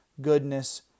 goodness